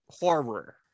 horror